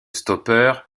stoppeur